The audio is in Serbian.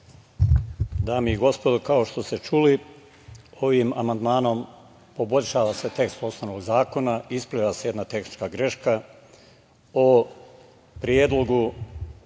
Dame i gospodo, kao što ste i čuli, ovim amandmanom poboljšava se tekst osnovnog zakona. Ispravlja se jedna tehnička greška o Predlogu